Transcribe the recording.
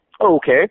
Okay